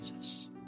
Jesus